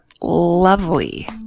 lovely